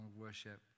worship